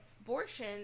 abortion